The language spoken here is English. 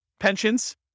pensions